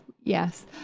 yes